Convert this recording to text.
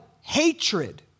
hatred